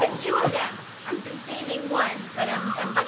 like two of them. i've been saving one, but i'm i'm but